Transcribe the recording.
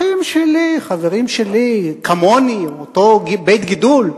אחים שלי, חברים שלי, כמוני, מאותו בית גידול: